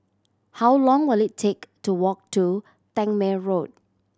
how long will it take to walk to Tangmere Road